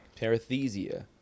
Parathesia